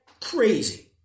crazy